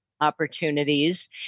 opportunities